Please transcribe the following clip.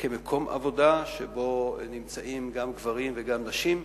כמקום עבודה שבו נמצאים גם גברים וגם נשים,